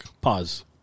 Pause